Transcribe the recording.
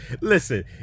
Listen